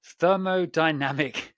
thermodynamic